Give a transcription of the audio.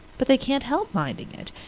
but they can't help minding it.